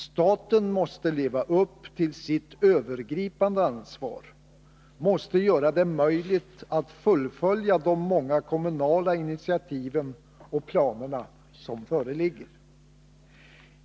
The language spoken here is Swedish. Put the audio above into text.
Staten måste leva upp till sitt övergripande ansvar, måste göra det möjligt att fullfölja de många kommunala initiativ och planer som föreligger.